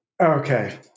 Okay